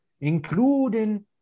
including